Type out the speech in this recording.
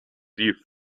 die